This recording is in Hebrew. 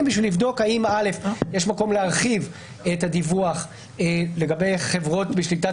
כדי לבדוק האם יש מקום להרחיב את הדיווח לגבי חברות בשליטת